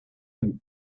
amies